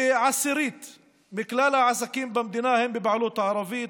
כעשירית מכלל העסקים במדינה הם בבעלות הערבית,